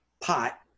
pot